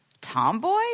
Tomboy